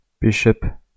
bishop